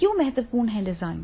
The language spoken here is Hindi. क्यों महत्वपूर्ण है डिजाइन